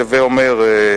הווי אומר,